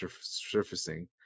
surfacing